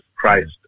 Christ